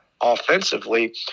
offensively